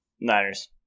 Niners